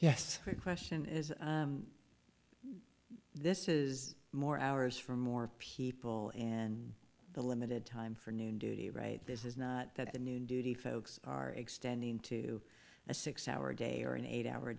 yes a question is this is more hours for more people and the limited time for new duty right this is not that new duty folks are extending to a six hour a day or an eight hour